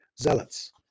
zealots